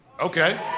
Okay